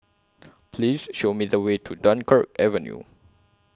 Please Show Me The Way to Dunkirk Avenue